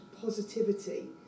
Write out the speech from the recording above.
positivity